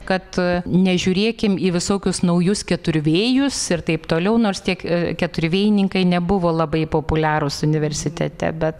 kad nežiūrėkim į visokius naujus keturvėjus ir taip toliau nors tie keturvėjininkai nebuvo labai populiarūs universitete bet